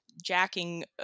Jacking